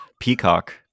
peacock